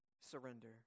surrender